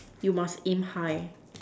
you must aim high